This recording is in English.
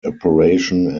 operation